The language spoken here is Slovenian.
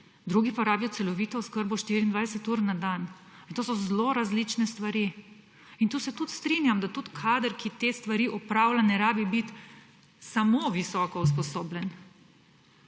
drugi pa rabijo celovito oskrbo 24 ur na dan. In to so zelo različne stvari. In tukaj se tudi strinjam, da tudi kader, ki te stvari opravlja, ne rabi biti samo visoko usposobljen,